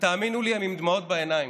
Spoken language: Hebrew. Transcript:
ותאמינו לי, אני עם דמעות בעיניים,